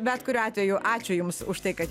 bet kuriuo atveju ačiū jums už tai kad